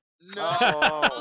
No